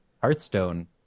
Hearthstone